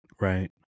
right